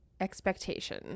expectation